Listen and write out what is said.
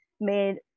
made